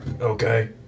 Okay